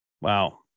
wow